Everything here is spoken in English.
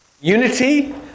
unity